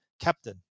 Captain